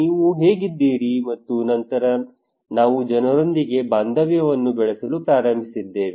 ನೀವು ಹೇಗಿದ್ದೀರಿ ಮತ್ತು ನಂತರ ನಾವು ಜನರೊಂದಿಗೆ ಬಾಂಧವ್ಯವನ್ನು ಬೆಳೆಸಲು ಪ್ರಾರಂಭಿಸಿದ್ದೇವೆ